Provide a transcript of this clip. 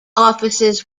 offices